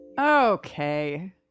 Okay